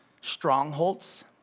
Strongholds